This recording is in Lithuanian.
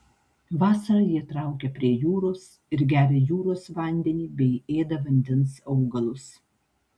vasarą jie traukia prie jūros ir geria jūros vandenį bei ėda vandens augalus